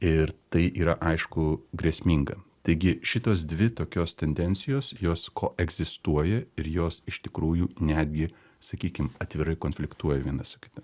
ir tai yra aišku grėsminga taigi šitos dvi tokios tendencijos jos koegzistuoja ir jos iš tikrųjų netgi sakykim atvirai konfliktuoja viena su kita